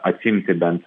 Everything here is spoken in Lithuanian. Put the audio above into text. atimti bent